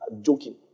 Joking